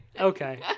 okay